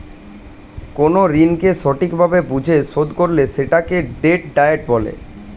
কোন ঋণকে সঠিক ভাবে বুঝে শোধ করলে সেটাকে ডেট ডায়েট বলে